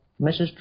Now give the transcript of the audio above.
Mrs